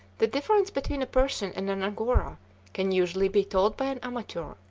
the difference between a persian and an angora can usually be told by an amateur,